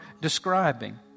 describing